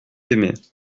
aimés